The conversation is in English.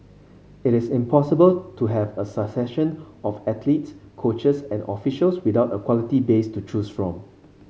it is impossible to have a succession of athletes coaches and officials without a quality base to choose from